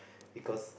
because